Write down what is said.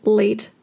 late